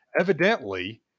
evidently